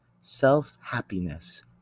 Self-happiness